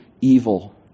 evil